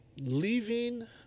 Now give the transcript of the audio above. leaving